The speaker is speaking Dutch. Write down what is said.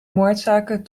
moordzaken